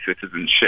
citizenship